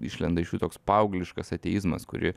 išlenda iš jų toks paaugliškas ateizmas kuri